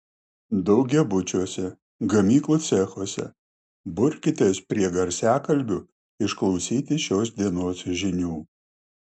daugiabučiuose gamyklų cechuose burkitės prie garsiakalbių išklausyti šios dienos žinių